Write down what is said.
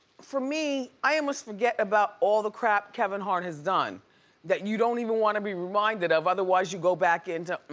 for me, i almost forget about all the crap kevin hart has done that you don't even wanna be reminded of. otherwise you go back into, mm,